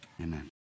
amen